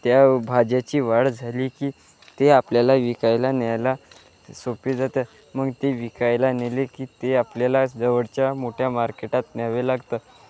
त्या भाज्याची वाढ झाली की ते आपल्याला विकायला न्यायला सोपं जातं मग ते विकायला नेले की ते आपल्यालाच जवळच्या मोठ्या मार्केटात न्यावे लागतं